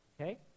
okay